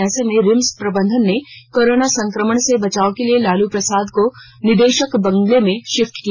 ऐसे में रिम्स प्रबंधन ने कोरोना संक्रमण से बचाव के लिए लालू प्रसाद को निदेशक बंगले में शिफ्ट किया